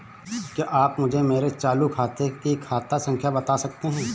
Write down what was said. क्या आप मुझे मेरे चालू खाते की खाता संख्या बता सकते हैं?